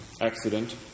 accident